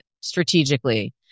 strategically